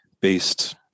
based